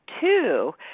two